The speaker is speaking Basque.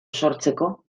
sortzeko